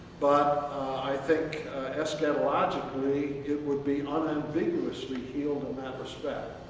but i think eschatologically, it would be unambiguously healed in that respect.